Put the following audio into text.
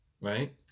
right